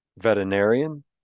veterinarian